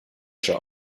wäsche